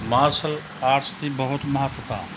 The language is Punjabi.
ਮਾਰਸ਼ਲ ਆਰਟਸ ਦੀ ਬਹੁਤ ਮਹੱਤਤਾ